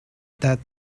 that